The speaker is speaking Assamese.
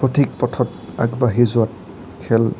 সঠিক পথত আগবাঢ়ি যোৱাত খেল